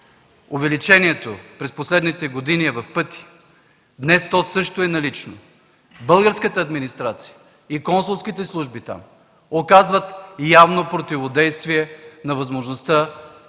Увеличението през последните години е в пъти. Днес то също е налично. Българската администрация и консулските служби там оказват явно противодействие на възможността